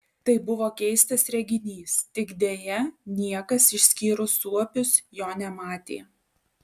tai buvo keistas reginys tik deja niekas išskyrus suopius jo nematė